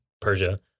Persia